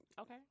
Okay